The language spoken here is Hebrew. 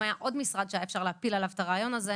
אם היה עוד משרד שהיה אפשר להפיל עליו את הרעיון הזה,